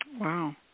Wow